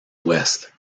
ouest